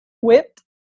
whipped